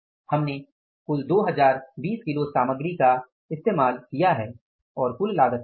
हमने कुल 2020 किलो सामग्री का इस्तेमाल किया है और कुल लागत क्या है